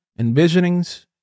Envisionings